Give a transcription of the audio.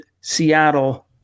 Seattle